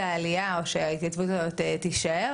אני אומרת שצריכים לשבור את הראש על מערכת ענישה אלטרנטיבית קשה,